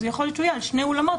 יכול להיות שהוא יהיה על שני אולמות,